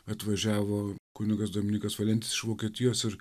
atvažiavo kunigas dominykas valentis iš vokietijos ir